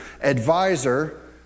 advisor